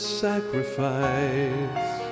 sacrifice